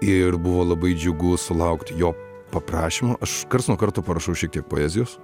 ir buvo labai džiugu sulaukti jo paprašymo aš karts nuo karto prašau šiek tiek poezijos